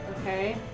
Okay